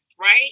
right